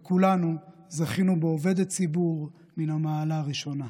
וכולנו זכינו בעובדת ציבור מן המעלה הראשונה.